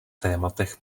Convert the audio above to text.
tématech